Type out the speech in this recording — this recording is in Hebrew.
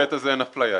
בהיבט הזה אין אפליה.